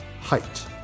height